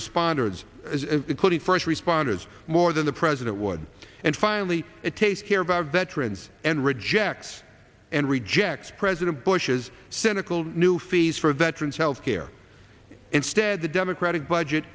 responders including first responders more than the president would and finally it tastes hear about veterans and rejects and rejects president bush's cynical new fees for that trans health care instead the democratic budget